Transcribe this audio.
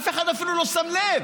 אף אחד אפילו לא שם לב.